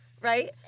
Right